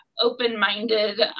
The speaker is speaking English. open-minded